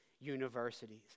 universities